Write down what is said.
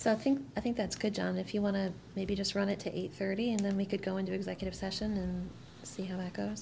so i think i think that's good john if you want to maybe just run it eight thirty and then we could go into executive session see how it goes